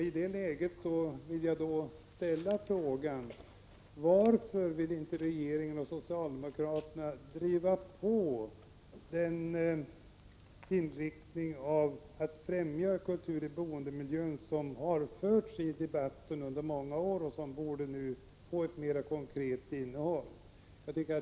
I det läget vill jag fråga: Varför vill inte regeringen och socialdemokraterna driva på utvecklingen i riktning mot ett främjande av kulturen i boendemiljön? Den debatten har förts i många år.